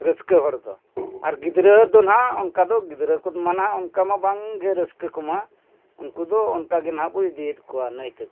ᱨᱟᱹᱥᱠᱟᱹ ᱦᱚᱲ ᱫᱚ ᱟᱨ ᱜᱤᱫᱽᱨᱟᱹ ᱫᱚ ᱱᱟᱦᱟᱜ ᱚᱱᱠᱟ ᱫᱚ ᱜᱤᱫᱽᱨᱟᱹ ᱠᱚᱢᱟ ᱦᱟᱸᱜ ᱚᱱᱠᱟ ᱢᱟ ᱵᱟᱝ ᱜᱮ ᱨᱟᱹᱥᱠᱟᱹ ᱠᱚᱢᱟ ᱩᱱᱠᱩ ᱫᱚ ᱚᱱᱠᱟ ᱜᱮ ᱱᱟᱦᱟᱜ ᱵᱚ ᱤᱫᱤᱭᱮᱫ ᱠᱚᱣᱟ ᱱᱟᱹᱭ ᱛᱮᱫᱚ